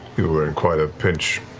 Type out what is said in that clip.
you were in quite a pinch.